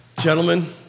Gentlemen